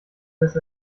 des